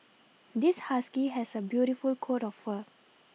this husky has a beautiful coat of fur